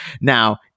Now